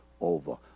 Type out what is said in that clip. over